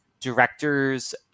directors